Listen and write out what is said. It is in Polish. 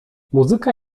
muzyka